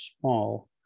small